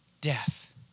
death